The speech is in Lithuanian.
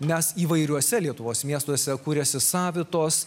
nes įvairiuose lietuvos miestuose kūrėsi savitos